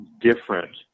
different